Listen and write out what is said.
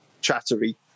chattery